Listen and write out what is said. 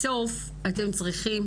בסוף, אתם צריכים